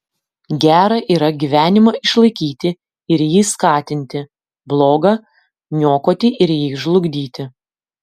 gera yra gyvenimą išlaikyti ir jį skatinti bloga niokoti ir jį žlugdyti